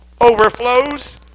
overflows